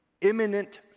imminent